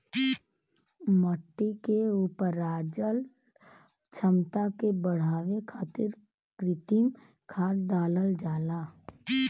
मट्टी के उपराजल क्षमता के बढ़ावे खातिर कृत्रिम खाद डालल जाला